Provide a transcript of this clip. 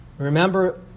Remember